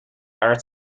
arts